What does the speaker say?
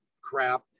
crap